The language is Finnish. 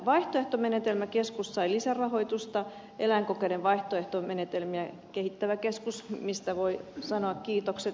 vaihtoehtomenetelmäkeskus sai lisärahoitusta eläinkokeiden vaihtoehtomenetelmiä kehittävä keskus mistä voi sanoa kiitokset